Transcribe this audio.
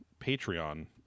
Patreon